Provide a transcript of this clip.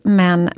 men